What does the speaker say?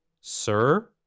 Sir